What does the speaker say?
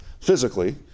physically